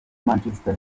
manchester